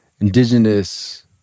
indigenous